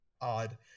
odd